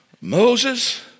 Moses